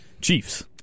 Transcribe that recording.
Chiefs